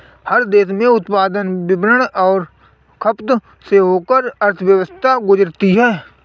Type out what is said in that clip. हर देश में उत्पादन वितरण और खपत से होकर अर्थव्यवस्था गुजरती है